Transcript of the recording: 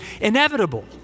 inevitable